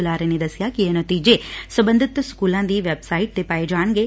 ਬੁਲਾਰੇ ਨੇ ਦਸਿਆ ਕਿ ਇਹ ਨਤੀਜੇ ਸਬੰਧਤ ਸਕੁਲਾ ਦੀਆ ਵੈਬਸਾਈਟ ਤੇ ਪਾਏ ਜਾਣਗੇ